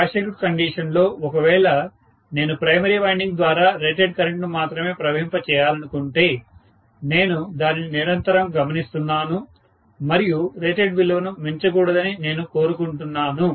short circuit condition లో ఒకవేళ నేను ప్రైమరీ వైండింగ్ ద్వారా రేటెడ్ కరెంట్ను మాత్రమే ప్రవహింప చేయాలనుకుంటే నేను దానిని నిరంతరం గమనిస్తున్నాను మరియు రేటెడ్ విలువను మించకూడదని నేను కోరుకుంటున్నాను